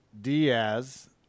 Diaz